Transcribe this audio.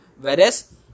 Whereas